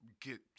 get